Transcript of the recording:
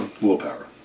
willpower